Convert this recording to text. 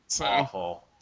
Awful